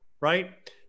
right